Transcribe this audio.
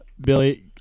billy